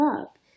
up